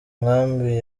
nkambi